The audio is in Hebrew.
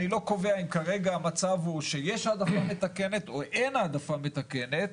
אני לא קובע אם כרגע המצב הוא שיש העדפה מתקנת או אין העדפה מתקנת.